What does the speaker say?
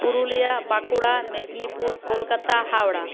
Purulia Bankura Medinipur Kolkata Howrah